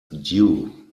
due